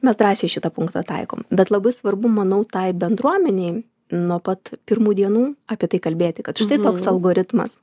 mes drąsiai šitą punktą taikom bet labai svarbu manau tai bendruomenei nuo pat pirmų dienų apie tai kalbėti kad štai toks algoritmas